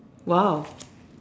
!wow!